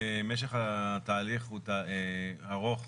משך התהליך הוא ארוך.